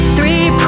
Three